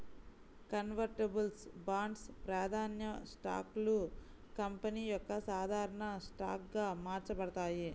convertibles బాండ్లు, ప్రాధాన్య స్టాక్లు కంపెనీ యొక్క సాధారణ స్టాక్గా మార్చబడతాయి